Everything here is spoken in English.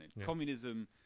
communism